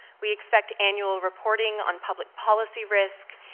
we expect annual reporting on public policy risk,